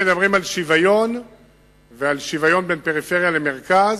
אם מדברים על שוויון ועל שוויון בין פריפריה למרכז,